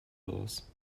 los